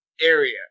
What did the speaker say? area